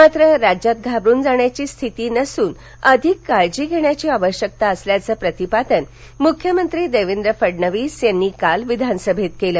मात्र राज्यात घाबरुन जाण्याची स्थिती नसून अधिक काळजी घेण्याची आवश्यकता असल्याचं प्रतिपादन मुख्यमंत्री देवेंद्र फडणवीस यांनी काल विधानसभेत केलं